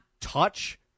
touch